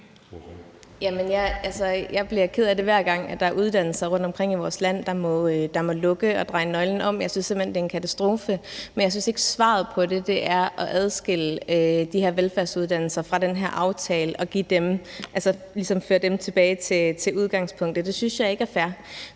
jeg bliver ked af det, hver gang der er uddannelser rundtomkring i vores land, der må lukke og dreje nøglen om. Jeg synes simpelt hen, det er en katastrofe. Men jeg synes ikke, at svaret på det er at adskille de her velfærdsuddannelser fra den her aftale og ligesom føre dem tilbage til udgangspunktet. Det synes jeg ikke er fair.